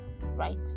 right